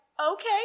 okay